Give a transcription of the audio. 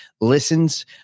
listens